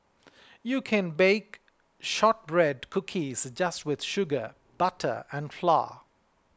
you can bake Shortbread Cookies just with sugar butter and flour